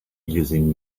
using